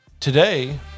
Today